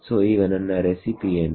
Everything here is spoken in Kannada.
ಸೋ ಈಗ ನನ್ನ ರೆಸಿಪಿ ಏನು